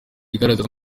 igaragara